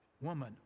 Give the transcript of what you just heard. Woman